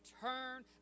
turn